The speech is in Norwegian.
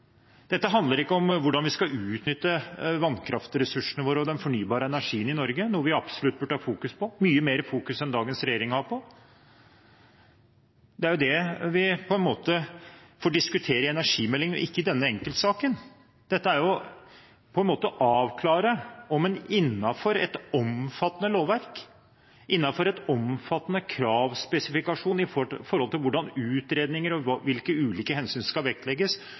Dette handler ikke om hvordan vi skal utnytte vannkraftressursene våre og den fornybare energien i Norge, noe vi absolutt burde fokusert på, mye mer enn dagens regjering gjør. Det er det vi får diskutere i behandlingen av energimeldingen og ikke i denne enkeltsaken. Dette er på en måte å avklare om det er innenfor et omfattende lovverk, innenfor omfattende kravspesifikasjoner for hvordan utredninger og ulike hensyn som skal vektlegges,